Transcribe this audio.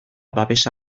babesa